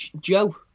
Joe